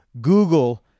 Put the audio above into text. Google